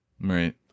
right